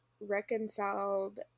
reconciled